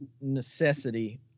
necessity